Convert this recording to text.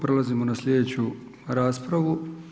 Prelazimo na slijedeću raspravu.